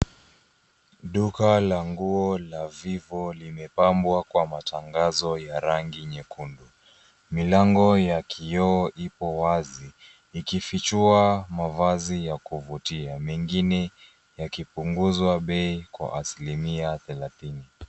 Duka la nguo la vivo limepambwa kwa matangazo ya rangi nyekundu. Milango ya kioo ipo wazi ikifichua mavazi ya kuvutia, mengine yakipunguzwa bei kwa asilimia thelathini.